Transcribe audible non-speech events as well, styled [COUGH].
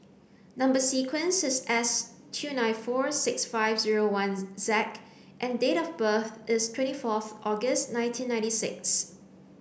number sequence is S two nine four six five zero one [UNINTELLIGIBLE] Z and date of birth is twenty fourth August nineteen ninety six